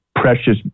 precious